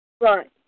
Right